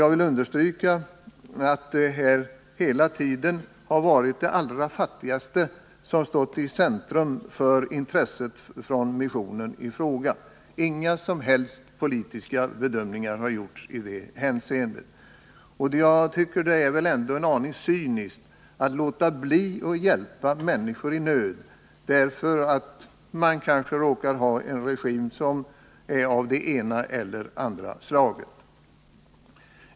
Jag vill understryka att det är de allra fattigaste som hela tiden har stått i centrum för intresset från missionen i fråga. Inga som helst politiska bedömningar har gjorts i det hänseendet. Det är väl ändå en aning cyniskt att låta bli att hjälpa de människor som befinner sig i nöd bara därför att de råkar lyda under en regim av det ena eller det andra slaget.